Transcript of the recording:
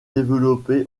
développé